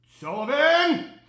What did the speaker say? Sullivan